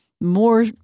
More